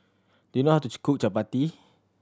do you know how to cook Chapati